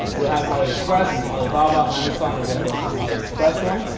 you'll have aliexpress alibaba amazon. you're gonna go to aliexpress one